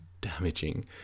damaging